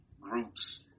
groups